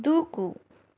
దూకు